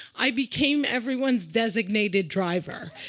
i became everyone's designated driver.